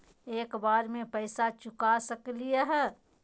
एक बार में पैसा चुका सकालिए है?